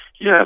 Yes